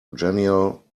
genial